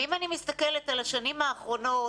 ואם אני מסתכלת על השנים האחרונות,